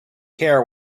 care